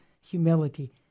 humility